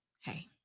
Hey